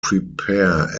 prepare